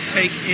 take